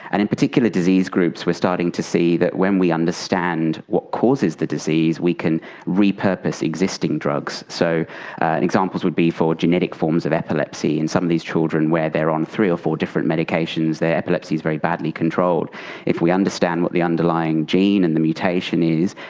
and in particular disease groups, we are starting to see that when we understand what causes the disease, we can repurpose existing drugs. so an example would be for genetic forms of epilepsy in some of these children where they are on three or four different medications, their epilepsy is very badly controlled, but if we understand what the underlying gene and the mutation is,